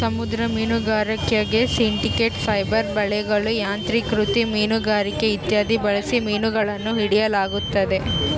ಸಮುದ್ರ ಮೀನುಗಾರಿಕ್ಯಾಗ synthetic fibre ಬಲೆಗಳು, ಯಾಂತ್ರಿಕೃತ ಮೀನುಗಾರಿಕೆ ಇತ್ಯಾದಿ ಬಳಸಿ ಮೀನುಗಳನ್ನು ಹಿಡಿಯಲಾಗುತ್ತದೆ